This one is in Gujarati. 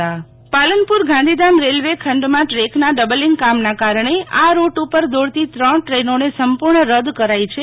શીતલ વૈશ્નવ પાલનપુર ગાંધીધામ રેલવે ખંડેમાં ટ્રેકના ડબલિંગ કામના કારણે આ રૂટ ઉપર દોડતી ત્રણ ટ્રેનોને સંપૂર્ણ રદ કરોઈ છે